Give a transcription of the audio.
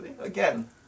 again